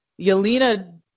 Yelena